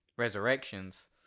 Resurrections